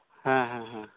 ᱦᱮᱸ ᱦᱮᱸ ᱦᱮᱸ